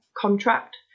contract